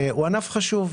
הוא ענף חשוב.